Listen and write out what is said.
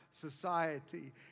society